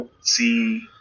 see